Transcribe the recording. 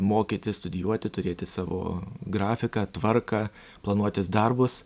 mokytis studijuoti turėti savo grafiką tvarką planuotis darbus